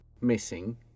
missing